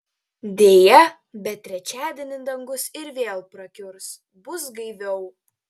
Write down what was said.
deja bet trečiadienį dangus ir vėl prakiurs bus gaiviau